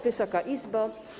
Wysoka Izbo!